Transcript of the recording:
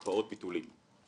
הקפאות, ביטולים.